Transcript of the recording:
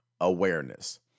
awareness